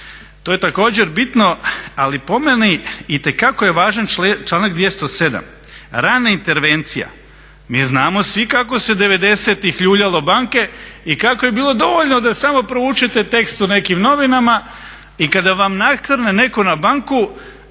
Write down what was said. to je također bitno ali po meni itekako je važan članak 207. rana intervencija, mi znamo svi kako se 90.-tih ljuljalo banke i kako je bilo dovoljno da samo proučite tekst u nekim novinama i kada vam nakrne neko na banku